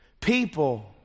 People